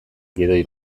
gidoi